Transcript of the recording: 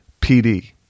PD